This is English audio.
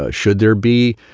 ah should there be,